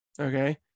Okay